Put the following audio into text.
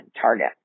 target